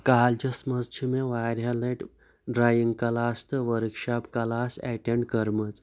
کَالجَس منٛز چھِ مےٚ واریاہ لَٹہِ ڈَرٛایِنٛگ کٕلاس تہٕ ؤرٕکشاپ کٕلاس ایٚٹینٛڈ کٔرمٕژ